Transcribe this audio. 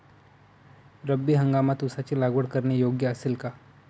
रब्बी हंगामात ऊसाची लागवड करणे योग्य असेल का?